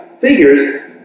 figures